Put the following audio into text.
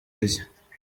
rye